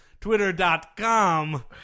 Twitter.com